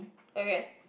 okay